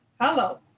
Hello